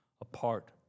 Apart